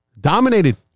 dominated